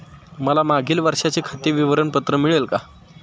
मला मागील वर्षाचे खाते विवरण पत्र मिळेल का?